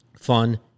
fun